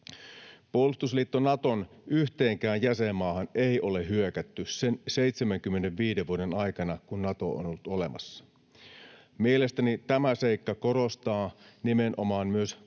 Puolustusliitto Naton yhteenkään jäsenmaahan ei ole hyökätty sen 75 vuoden aikana, jona Nato on ollut olemassa. Mielestäni tämä seikka korostaa nimenomaan myös